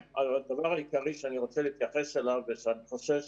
הדבר העיקרי שאני רוצה להתייחס אליו ושאני חושש